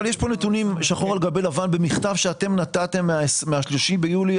נתונים שחור על גבי לבן, במכתב שנתתם מ-3.7.22,